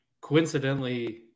Coincidentally